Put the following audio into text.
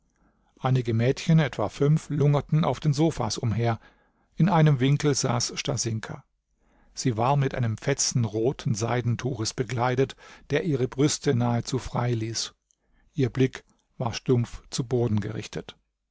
einige mädchen etwa fünf lungerten auf den sofas umher in einem winkel saß stasinka sie war mit einem fetzen roten seidentuches bekleidet der ihre brüste nahezu frei ließ ihr blick war stumpf zu boden gerichtet